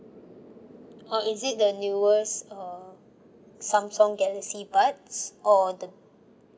uh is it the newest uh samsung galaxy buds or the